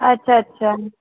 अच्छा अच्छा